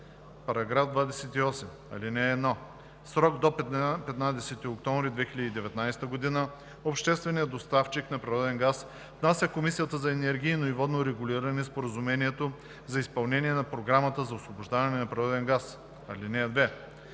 § 28. (1) В срок до 15 октомври 2019 г. общественият доставчик на природен газ внася в Комисията за енергийно и водно регулиране споразумението за изпълнение на програмата за освобождаване на природен газ. (2)